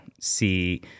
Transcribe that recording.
see